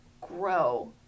grow